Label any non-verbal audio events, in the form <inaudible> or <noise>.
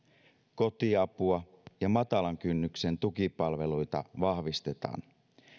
kotiapua <unintelligible> ja matalan kynnyksen tukipalveluita vahvistetaan